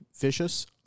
vicious